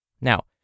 Now